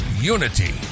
unity